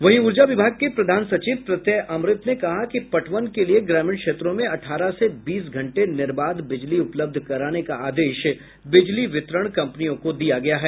वहीं ऊर्जा विभाग के प्रधान सचिव प्रत्यय अमृत ने कहा कि पटवन के लिए ग्रामीण क्षेत्रों में अठारह से बीस घंटे निर्बाध बिजली उपलब्ध कराने का आदेश बिजली वितरण कंपनियों को दिया गया है